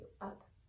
up